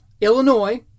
Illinois